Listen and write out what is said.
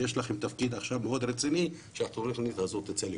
יש לכם עכשיו תפקיד מאוד רציני שהתוכנית הזו תצא לפועל.